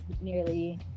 nearly